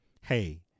Hey